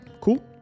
Cool